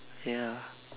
ya